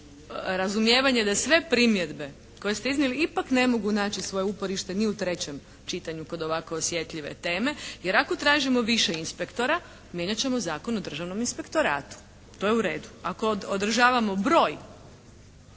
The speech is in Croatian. razumijevanje za sve primjedbe koje ste iznijeli ipak ne mogu naći svoje uporište ni u trećem čitanju kod ovako osjetljive teme. Jer ako tražimo više inspektora, mijenjat ćemo Zakon o državnom inspektoratu. To je u redu. Ako održavamo broj